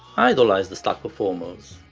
idolized the stax performers,